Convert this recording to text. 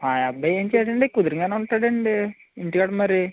ఆ అబ్బాయి ఏం చెయ్యడండి కుదురుగానే ఉంటాడండి ఇంటికాడ మరి